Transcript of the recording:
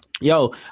Yo